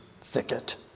thicket